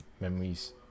memories